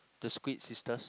the squid sisters